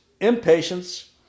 impatience